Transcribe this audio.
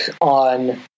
on